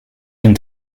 den